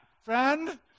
friend